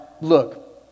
look